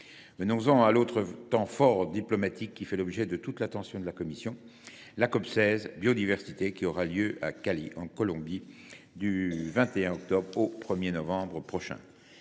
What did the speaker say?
Venons en à l’autre temps fort diplomatique qui fait l’objet de toute l’attention de notre commission : la COP16 relative à la biodiversité qui aura lieu à Cali, en Colombie, du 21 octobre au 1 novembre prochains.